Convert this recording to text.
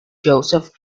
joseph